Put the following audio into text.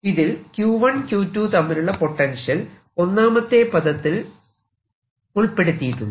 ഇതിൽ Q1 Q2 തമ്മിലുള്ള potential ഒന്നാമത്തെ പദത്തിൽ ഉൾപ്പെടുത്തിയിട്ടുണ്ട്